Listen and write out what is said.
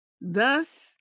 Thus